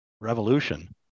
revolution